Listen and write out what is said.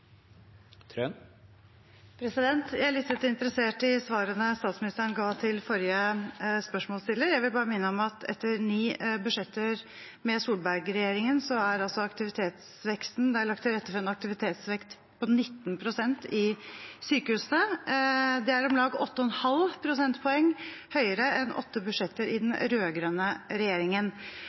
Jeg lyttet interessert til svarene statsministeren ga til forrige spørsmålsstiller. Jeg vil bare minne om at etter ni budsjetter med Solberg-regjeringen er det lagt til rette for en aktivitetsvekst på 19 pst. i sykehusene. Det er om lag 8,5 prosentpoeng høyere enn åtte budsjetter under den rød-grønne regjeringen.